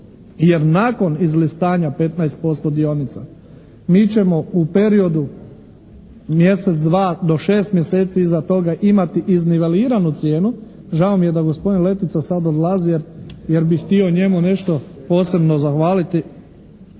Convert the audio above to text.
Jer nakon izlistanja 15% dionica mi ćemo u periodu mjesec, dva do 6 mjeseci iza toga imati iznoveliranu cijenu. Žao mi je da gospodin Letica sad odlazi jer bi htio njemu nešto posebno zahvaliti.